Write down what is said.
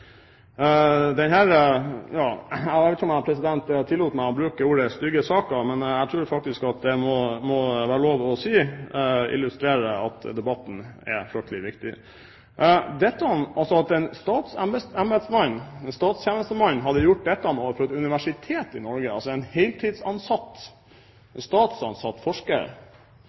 jeg tillot meg å bruke ordet – «stygge» saken, det tror jeg faktisk det må være lov å si, illustrerer at debatten er fryktelig viktig. Dette at en embetsmann, en statstjenestemann, hadde gjort dette overfor et universitet i Norge, mot en heltidsansatt, statsansatt forsker,